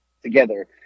together